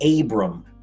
Abram